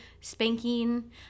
spanking